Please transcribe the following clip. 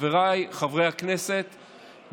חבריי חברי הכנסת,